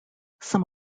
some